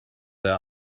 their